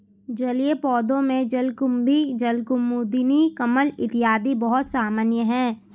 जलीय पौधों में जलकुम्भी, जलकुमुदिनी, कमल इत्यादि बहुत सामान्य है